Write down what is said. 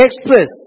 express